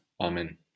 Amen